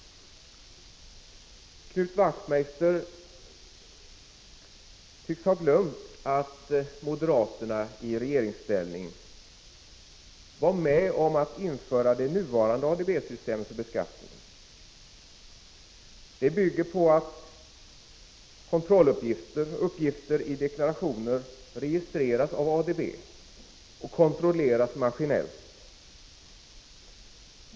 Knut Wachtmeister tycks ha glömt att moderaterna i regeringsställning var med om att införa det nuvarande ADB-systemet för beskattningen. Detta bygger på att kontrolluppgifter och uppgifter i deklarationer registreras med hjälp av ADB och kontrolleras maskinellt.